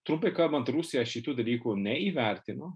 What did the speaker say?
trumpai kalbant rusija šitų dalykų neįvertino